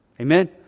Amen